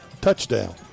touchdown